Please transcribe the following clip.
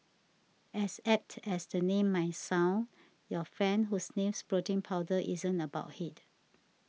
as apt as the name might sound your friend who sniffs protein powder isn't a bulkhead